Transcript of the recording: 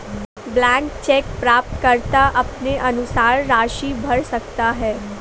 blank cheque प्राप्तकर्ता अपने अनुसार राशि भर सकता है